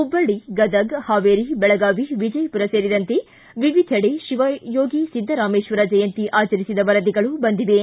ಹುಬ್ಬಳ್ಳಿ ಗದಗ್ ಹಾವೇರಿ ಬೆಳಗಾವಿ ವಿಜಯಪುರ ಸೇರಿದಂತೆ ವಿವಿಧೆಡೆ ಶಿವಯೋಗಿ ಸಿದ್ದರಾಮೇಶ್ವರ ಜಯಂತಿ ಆಚರಿಸಿದ ವರದಿಗಳು ಬಂದಿವೆ